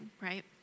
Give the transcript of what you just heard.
right